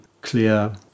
clear